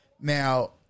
Now